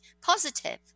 positive